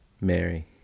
Mary